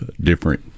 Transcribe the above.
different